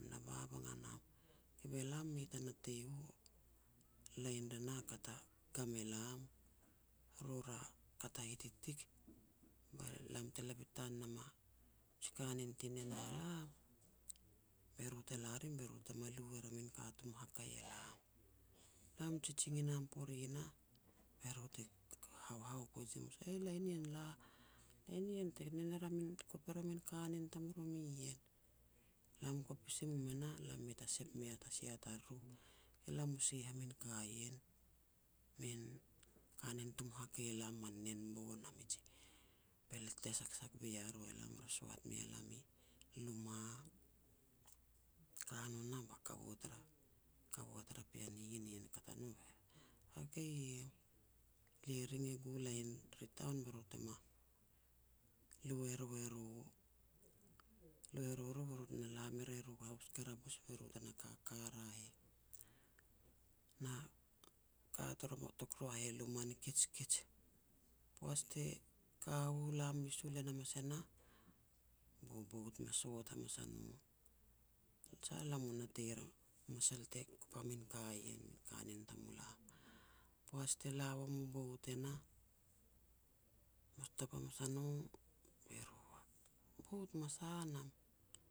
na babang a nam, kove lam mei ta natei u, lain re nah kat a gam elam. Ru ya kat a hititik, be lam te la bitan nam a ji kanen ti nen elam be ru te la rim be ru te me lu er a min ka tumu hakei elam. Lam jijing i nam pore nah, be ru te hauhau poaj hamas ar. Aih, lain ien la, lain ien te nen er kop er a min kanen tamromi ien. Lam kopis i mum e nah, lam mei ta sep mea ta sia tariru. Elam mu sieh a min ka ien, min kanen tum hakei elam, man nenbo na miji pelet te saksak boi a ru elam ra soat mea lam i luma. Ka no nah, ba kaua tara-kaua tara pean nien e kat wa no heh, "hakei iem, lia ring e gu lain ri taun be ru tema lu eru eru. Lu eru eru be ru tana la me re ru i haus karabus be ru tena kaka ra heh, na ka toro tok o rua heh luma ni kijkij". Poaj te ka u lam mes u len hamas e nah, bu bout ma sot hamas a no, sah lam mu natei ra masal te kop a min ka ien, min kanen tamulam. Poaj te la wam u bout e nah, ma stop hamas a no, be ru, "bout ma sa nam?"